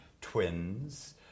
twins